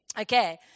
Okay